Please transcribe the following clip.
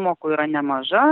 įmokų yra nemaža